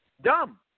Dumb